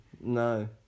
No